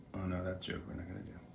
oh, no, that joke, we aren't gonna do.